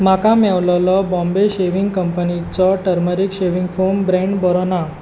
म्हाका मेवलोलो बॉम्बे शेव्हिंग कंपनीच्या टर्मरीक शेव्हिंग फोम ब्रँड बरो ना